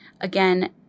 again